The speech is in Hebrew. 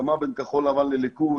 הסכמה בין כחול לבן לליכוד.